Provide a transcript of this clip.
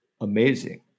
amazing